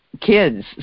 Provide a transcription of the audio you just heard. kids